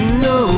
no